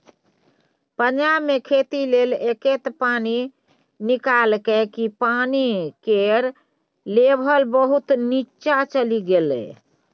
पंजाब मे खेती लेल एतेक पानि निकाललकै कि पानि केर लेभल बहुत नीच्चाँ चलि गेलै